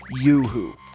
Yoohoo